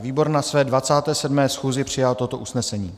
Výbor na své 27. schůzi přijal toto usnesení: